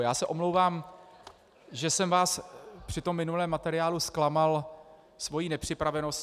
Já se omlouvám, že jsem vás při tom minulém materiálu zklamal svou nepřipraveností.